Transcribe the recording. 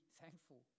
thankful